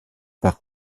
par